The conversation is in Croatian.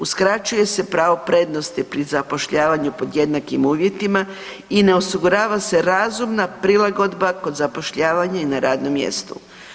Uskraćuje se pravo prednosti pri zapošljavanju pod jednakim uvjetima i ne osigurava se razumna prilagodba kod zapošljavanje na radno mjesto.